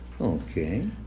Okay